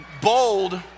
bold